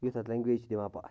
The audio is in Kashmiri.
یُس اَتھ لینگویج چھِ دِوان پتھ